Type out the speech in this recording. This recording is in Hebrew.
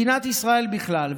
מדינת ישראל בכלל,